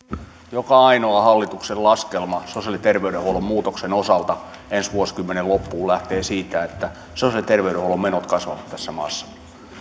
joka ainoa hallituksen laskelma sosiaali ja terveydenhuollon muutoksen osalta ensi vuosikymmenen loppuun lähtee siitä että sosiaali ja terveydenhuollon menot kasvavat tässä maassa